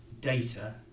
data